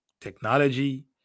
technology